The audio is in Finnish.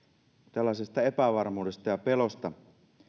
tällaisesta epävarmuudesta ja pelosta